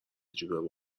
جیب